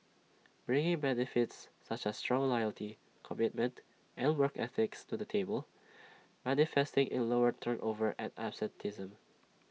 bring benefits such as strong loyalty commitment and work ethic to the table manifesting in lower turnover and absenteeism